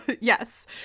yes